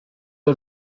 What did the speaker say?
are